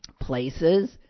places